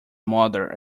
mother